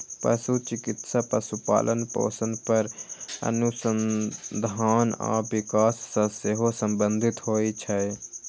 पशु चिकित्सा पशुपालन, पोषण पर अनुसंधान आ विकास सं सेहो संबंधित होइ छै